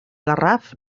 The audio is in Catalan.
garraf